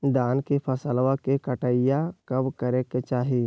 धान के फसलवा के कटाईया कब करे के चाही?